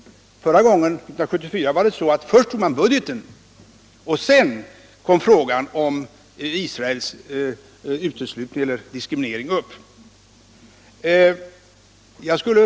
Förra gången, 1974, tog man först budgeten, och därefter togs frågan om diskrimineringen av Israel upp. Härigenom kom Sverige och andra länder i en tvångssituation.